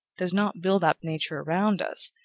does not build up nature around us,